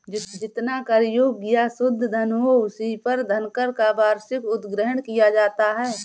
जितना कर योग्य या शुद्ध धन हो, उसी पर धनकर का वार्षिक उद्ग्रहण किया जाता है